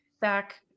back